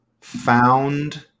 found